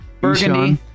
Burgundy